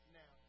now